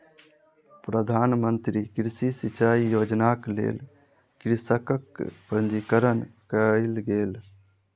प्रधान मंत्री कृषि सिचाई योजनाक लेल कृषकक पंजीकरण कयल गेल